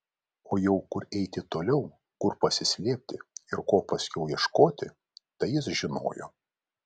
o jau kur eiti toliau kur pasislėpti ir ko paskiau ieškoti tai jis žinojo